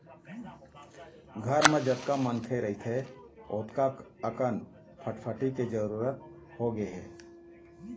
घर म जतका मनखे रहिथे ओतका अकन फटफटी के जरूरत होगे हे